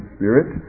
Spirit